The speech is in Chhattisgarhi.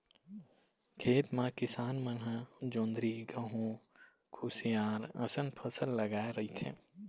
खेत म किसान मन ह जोंधरी, गहूँ, कुसियार असन फसल लगाए रहिथे